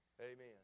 Amen